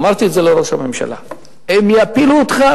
אמרתי את זה לראש הממשלה: הם יפילו אותך,